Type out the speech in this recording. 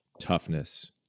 toughness